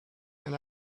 and